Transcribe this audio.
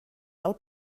del